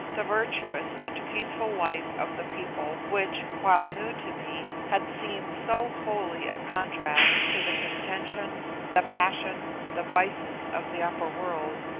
the virtuous and peaceful life of the people which, while new to me, had seemed so holy a contrast to the contentions, the passions, the vices of the upper world,